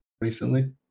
recently